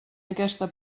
aquesta